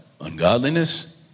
Ungodliness